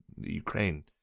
Ukraine